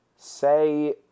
Say